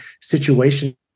situation